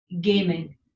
gaming